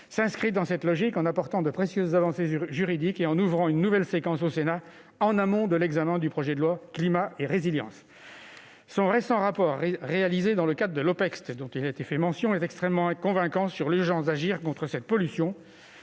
s'inscrit dans cette logique en apportant de précieuses avancées juridiques et en ouvrant une nouvelle séquence au Sénat, en amont de l'examen du projet de loi Climat et résilience. Son récent rapport réalisé au nom de l'Opecst est extrêmement convaincant quant à l'urgence d'une action contre cette pollution